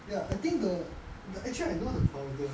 ya I think the th~ actually I know the founder